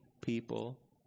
people